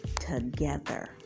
together